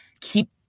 keep